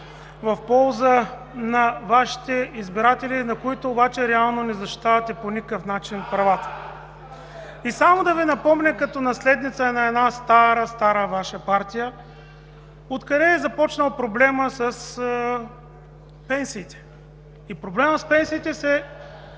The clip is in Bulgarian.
в полза на Вашите избиратели, на които обаче реално по никакъв начин не защитавате правата. И само да Ви напомня като наследница на една стара, стара Ваша партия, откъде е започнал проблемът с пенсиите? Проблемът с пенсиите –